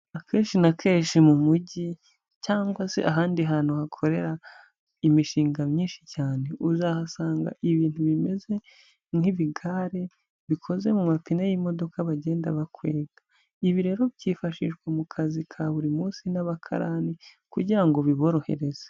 Akenshi na kenshi mu mujyi cyangwa se ahandi hantu hakorera imishinga myinshi cyane, uzahasanga ibintu bimeze nk'ibigare bikoze mu mapine y'imodoka bagenda bakwega, ibi rero byifashishwa mu kazi ka buri munsi n'abakarani kugira ngo biborohereze.